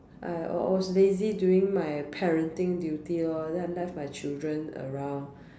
I was lazy during my parenting duty lor then left my children around